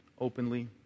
openly